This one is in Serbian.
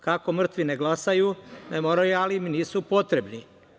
Kako mrtvi ne glasaju, memorijali im nisu potrebni.